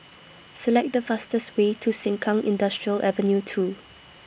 Select The fastest Way to Sengkang Industrial Avenue two